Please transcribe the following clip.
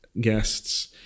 guests